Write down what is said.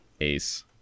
ace